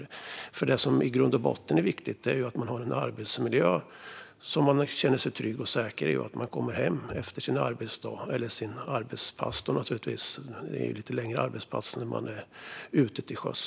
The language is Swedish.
Det som är viktigt är i grund och botten att man har en arbetsmiljö man känner sig trygg och säker i och att man kommer hem efter sin arbetsdag eller sina arbetspass; arbetspassen är naturligtvis lite längre när man är ute till sjöss.